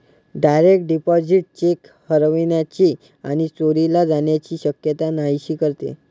direct deposit cheque हरवण्याची आणि चोरीला जाण्याची शक्यता नाहीशी करते